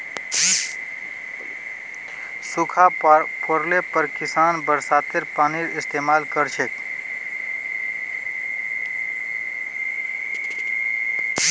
सूखा पोड़ले पर किसान बरसातेर पानीर इस्तेमाल कर छेक